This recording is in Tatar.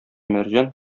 мәрҗән